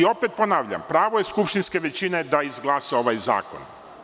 Opet ponavljam, pravo je skupštinske većine da izglasa ovaj zakon.